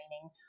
training